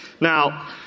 Now